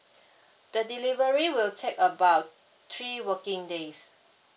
the delivery will take about three working days